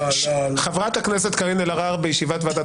חברת הכנסת קארין אלהרר בישיבת ועדת